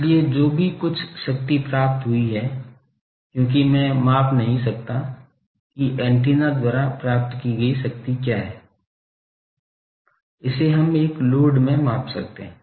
इसलिए जो भी कुल शक्ति प्राप्त हुई क्योंकि मैं माप नहीं सकता कि एंटीना द्वारा प्राप्त की गई शक्ति क्या है इसे हम एक लोड में माप सकते हैं